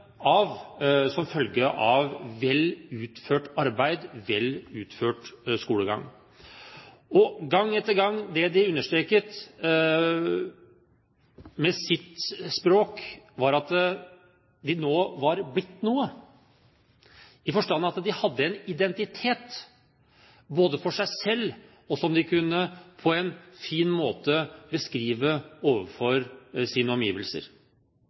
som følge av vel utført arbeid, vel utført skolegang. Det de gang etter gang understreket med sitt språk, var at de nå var blitt noe, i den forstand at de hadde en identitet – overfor seg selv, men også en identitet som de, på en fin måte, kunne beskrive overfor sine omgivelser.